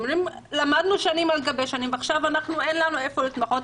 הם אומרים שלמדנו שנים על גבי שנים ועכשיו אין להם היכן להתמחות,